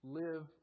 live